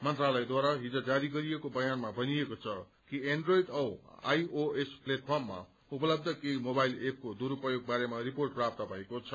मन्त्रालयद्वारा हिज जारी गरिएको बयानमा भनिएको छ कि एण्ड्रोयिड औ आईओएस खेटफर्ममा उपलब्ध केही मोबाइल एपको दुरूपोग बारेमा रिपोर्ट प्राप्त भएको छ